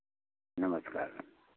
नमस्कार